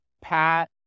Pat